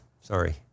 Sorry